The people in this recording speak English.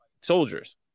soldiers